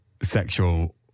sexual